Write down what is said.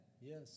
Yes